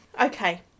Okay